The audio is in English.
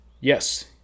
Yes